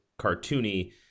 cartoony